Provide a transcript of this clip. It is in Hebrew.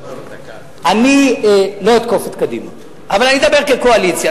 אני לא אתקוף את קדימה, אבל אדבר כקואליציה.